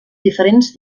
diferents